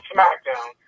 SmackDown